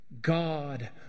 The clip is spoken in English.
God